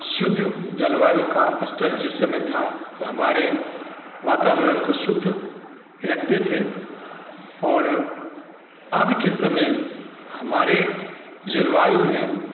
शुद्ध जलवायु का स्तर जिस समय था तो हमारे वातावरण को शुद्ध रखते थे और अब के समय हमारे जलवायु में